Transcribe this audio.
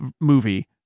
movie